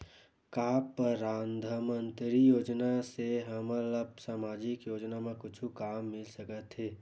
का परधानमंतरी योजना से हमन ला सामजिक योजना मा कुछु काम मिल सकत हे?